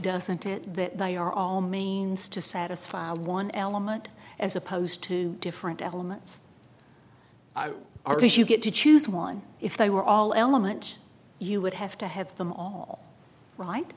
doesn't it that they are all means to satisfy one element as opposed to different elements are if you get to choose one if they were all element you would have to have them all right